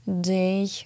day